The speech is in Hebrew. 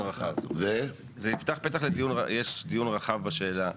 זה יפתח פתח לדיון רחב, יש דיון רחב בשאלה .